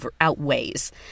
outweighs